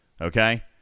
okay